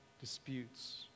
disputes